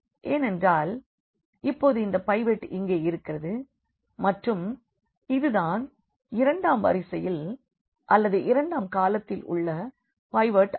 ஏனென்றால் இப்பொழுது இந்த பைவோட் இங்கே இருக்கிறது மற்றும் இது தான் இரண்டாம் வரிசையில் அல்லது இரண்டாம் காலத்தில் உள்ள பைவோட் ஆகும்